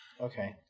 Okay